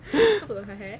cause of her her hair